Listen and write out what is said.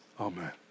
amen